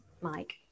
Mike